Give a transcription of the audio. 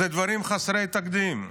אלה דברים חסרי תקדים.